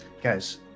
guys